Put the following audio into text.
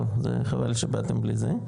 טוב, חבל שבאתם בלי זה,